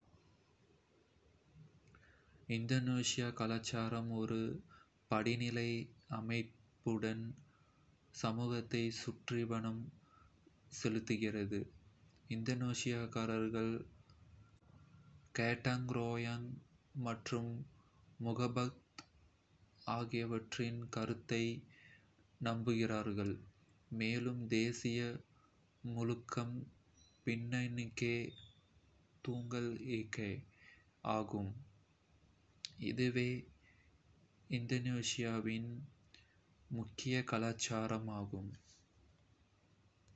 இந்தோனேசிய கலாச்சாரம் ஒரு படிநிலை அமைப்புடன் சமூகத்தைச் சுற்றி கவனம் செலுத்துகிறது. இந்தோனேசியர்கள் கோட்டாங் ரோயாங் (பரஸ்பர உதவி) மற்றும் முஃபகாத் (ஒருமித்த கருத்து) ஆகியவற்றின் கருத்தை நம்புகிறார்கள், மேலும் தேசிய முழக்கம் பின்னேகா துங்கல் இகா (வேற்றுமையில் ஒற்றுமை) ஆகும்.